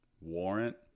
warrant